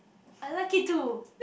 I like it too